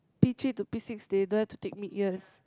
P three to P six they don't have to take mid years